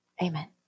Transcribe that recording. Amen